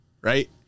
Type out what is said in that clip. right